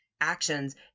actions